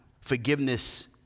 forgiveness